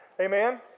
Amen